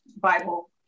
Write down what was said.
Bible